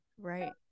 Right